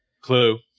Clue